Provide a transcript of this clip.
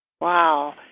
Wow